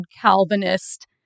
Calvinist